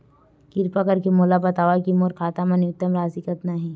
किरपा करके मोला बतावव कि मोर खाता मा न्यूनतम राशि कतना हे